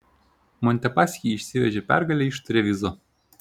montepaschi išsivežė pergalę iš trevizo